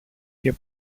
και